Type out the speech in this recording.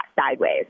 sideways